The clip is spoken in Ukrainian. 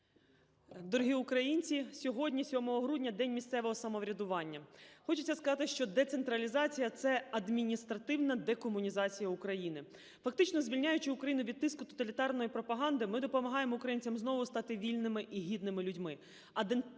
Дорогі українці, сьогодні, 7 грудня, День місцевого самоврядування. Хочеться сказати, що децентралізація – це адміністративна декомунізація України. Фактично звільняючи Україну від тиску тоталітарної пропаганди, ми допомагаємо українцям знову стати вільними і гідними людьми,